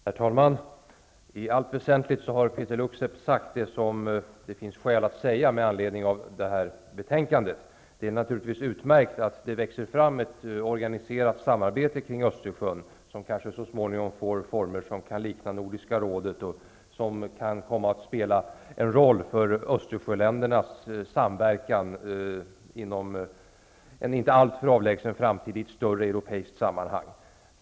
Herr talman! I allt väsentligt har Peeter Luksep sagt allt som det finns skäl att säga med anledning av detta betänkande. Det är naturligtvis utmärkt att det växer fram ett organiserat samarbete kring Östersjön, som kanske så småningom får former som liknar samarbetet i Nordiska rådet och som inom en inte alltför avlägsen framtid kan komma att spela en roll för Östersjöländernas samverkan i ett större europeiskt sammanhang.